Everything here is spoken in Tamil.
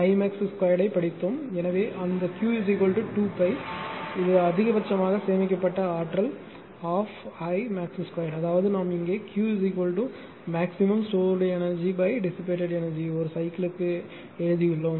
எனவே அந்த Q 2 pi இது அதிகபட்சமாக சேமிக்கப்பட்ட ஆற்றல் 12 I max 2 அதாவது நாம் இங்கே Q maximum stored energy dissipated energy ஒரு சைக்கிள்க்கு எழுதியுள்ளோம்